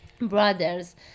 brothers